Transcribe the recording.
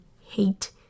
hate